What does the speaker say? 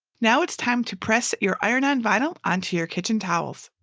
now it's time to press your iron-on vinyl onto your kitchen towels.